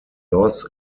loss